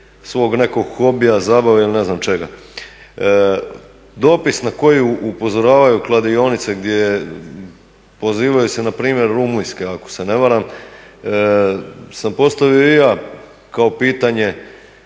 svog nekog hobija, zabave ili ne znam čega. Dopis na koji upozoravaju kladionice, gdje pozivaju se na primjer Rumunjske ako se ne varam, sam postavio i ja kao pitanje